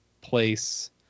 place